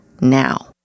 now